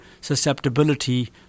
susceptibility